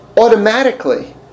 automatically